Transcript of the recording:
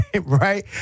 right